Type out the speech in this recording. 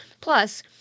Plus